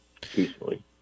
peacefully